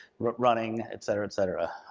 running, et cetera, et cetera.